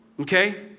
okay